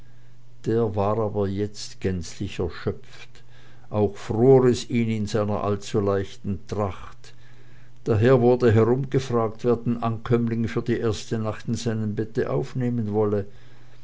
der war aber jetzt gänzlich erschöpft auch fror es ihn in seiner allzu leichten tracht daher wurde herumgefragt wer den ankömmling für die erste nacht in seinem bette aufnehmen wolle